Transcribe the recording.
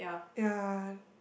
ya